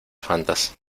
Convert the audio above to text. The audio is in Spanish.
fantas